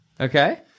Okay